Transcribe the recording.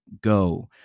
go